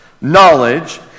knowledge